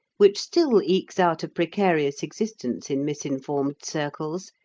which still ekes out a precarious existence in misinformed circles,